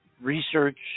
research